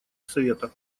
совета